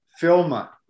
Filma